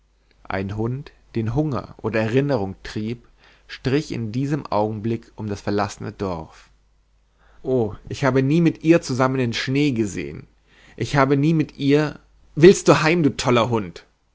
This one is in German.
ein hund den hunger oder erinnerung trieb strich in diesem augenblick um das verlassene dorf oh ich habe nie mit ihr zusammen den schnee gesehn ich habe nie mit ihr willst du heim du toller hund